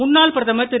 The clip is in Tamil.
முன்னாள் பிரதமர் திரு